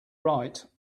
right